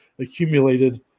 accumulated